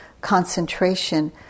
concentration